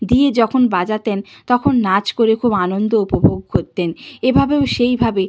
দিয়ে যখন বাজাতেন তখন নাচ করে খুব আনন্দ উপভোগ করতেন এভাবেও সেইভাবে